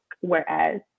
Whereas